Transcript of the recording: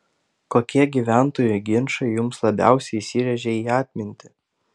kokie gyventojų ginčai jums labiausiai įsirėžė į atmintį